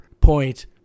point